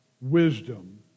wisdom